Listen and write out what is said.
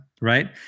right